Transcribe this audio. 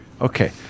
Okay